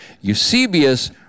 Eusebius